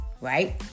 right